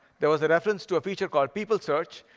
there was a reference to a feature called people search.